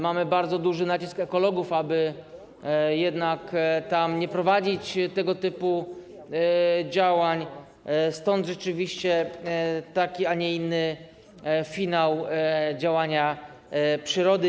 Mamy bardzo duży nacisk ekologów, aby nie prowadzić tam tego typu działań, stąd rzeczywiście taki, a nie inny finał działania przyrody.